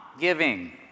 giving